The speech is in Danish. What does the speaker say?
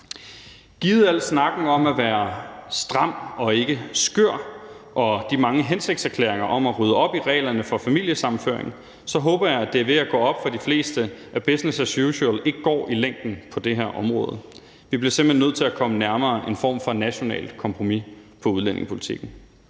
Givet al snakken om at være stram og ikke skør og de mange hensigtserklæringer om at rydde op i reglerne for familiesammenføring håber jeg, at det er ved at gå op for de fleste, at business as usual ikke går i længden på det her område. Vi bliver simpelt hen nødt til at komme nærmere en form for nationalt kompromis for udlændingepolitikken.